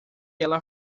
ela